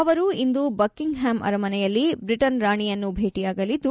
ಅವರು ಇಂದು Buckingham ಅರಮನೆಯಲ್ಲಿ ಬ್ರಿಟನ್ ರಾಣಿಯನ್ನು ಭೇಟಿಯಾಗಲಿದ್ದು